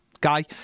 guy